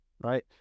Right